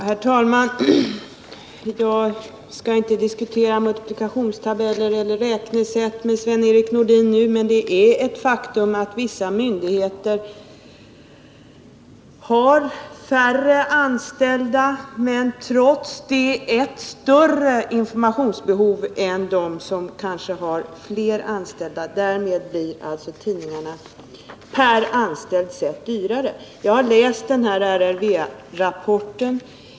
Herr talman! Jag skall inte diskutera multiplikationstabellen eller räknesätt med Sven-Erik Nordin nu. Det är ett faktum att vissa myndigheter har färre anställda, men trots det ett större informationsbehov än myndigheter som kanske har flera anställda. Därmed blir alltså tidningarna per anställd räknat dyrare. Jag har läst RRV-rapporten.